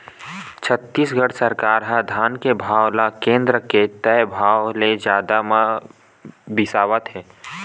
छत्तीसगढ़ सरकार ह धान के भाव ल केन्द्र के तय भाव ले जादा म बिसावत हे